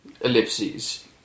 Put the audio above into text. ellipses